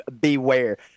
beware